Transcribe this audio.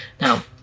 Now